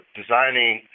designing